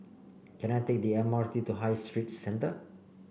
can I take the M R T to High Street Centre